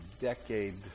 decade